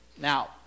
Now